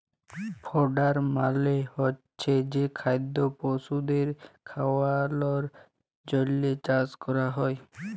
fodder মালে হচ্ছে যে খাদ্য পশুদের খাওয়ালর জন্হে চাষ ক্যরা হ্যয়